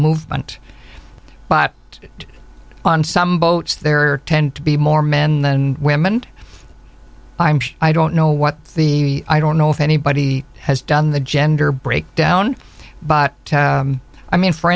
movement bought it on some boats there are tend to be more men than women and i'm i don't know what the i don't know if anybody has done the gender breakdown but i mean for